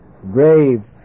grave